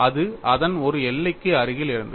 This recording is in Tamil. அது அதன் ஒரு எல்லைக்கு அருகில் இருந்தது